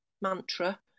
mantra